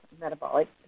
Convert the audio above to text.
metabolic